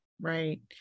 Right